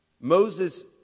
Moses